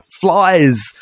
flies